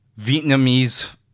Vietnamese